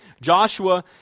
Joshua